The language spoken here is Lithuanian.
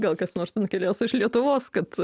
gal kas nors nukeliaus iš lietuvos kad